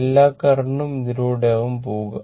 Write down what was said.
എല്ലാ കരണ്ടും ഇതിലൂടെ ആവും പോവുക